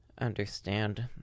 understand